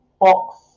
box